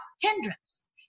hindrance